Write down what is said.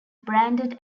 branded